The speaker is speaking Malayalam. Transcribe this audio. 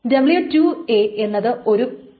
w2 എന്നത് ഒരു ബ്ലൈന്റ് റൈറ്റ് ആണ്